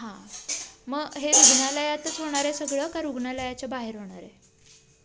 हां मग हे रुग्णालयातच होणार आहे सगळं का रुग्णालयाच्या बाहेर होणार आहे